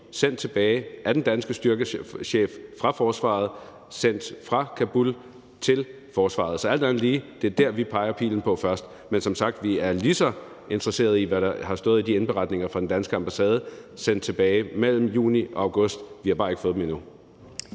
sendt tilbage fra Kabul af den danske styrkechef til forsvaret. Så alt andet lige er det der, vi ser pilen pege først. Men vi er som sagt lige så interesseret i at vide, hvad der har stået i de indberetninger fra den danske ambassade sendt tilbage mellem juni og august – vi har bare ikke fået dem endnu.